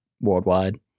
worldwide